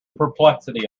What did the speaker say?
perplexity